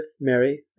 Mary